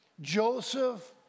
Joseph